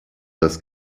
das